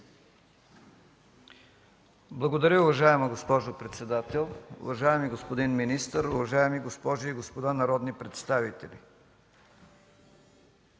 Благодаря, уважаема госпожо председател. Уважаеми господин министър, уважаеми госпожи и господа народни представители!